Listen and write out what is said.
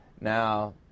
Now